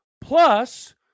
plus